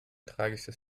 tragisches